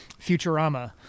Futurama